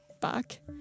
back